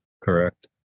Correct